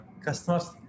customers